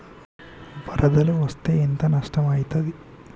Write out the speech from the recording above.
వరదలు వస్తే ఎంత నష్టం ఐతది?